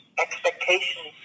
expectations